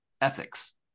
ethics